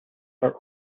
are